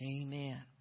Amen